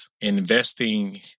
investing